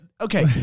Okay